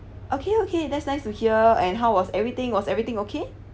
okay okay that's nice to hear and how was everything was everything okay